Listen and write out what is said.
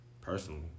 personally